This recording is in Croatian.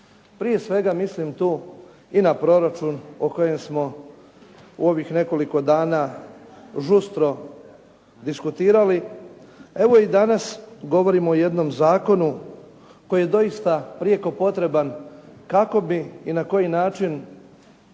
Prije svega mislim tu i na proračun o kojem smo u ovih nekoliko dana žustro diskutirali. Evo i danas govorimo o jednom zakonu koji je doista prijeko potreban kako bi i na koji način